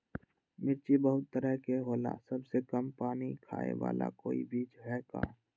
मिर्ची बहुत तरह के होला सबसे कम पानी खाए वाला कोई बीज है का?